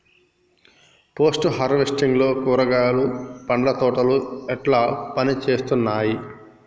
Post harvesting లో కూరగాయలు పండ్ల తోటలు ఎట్లా పనిచేత్తనయ్?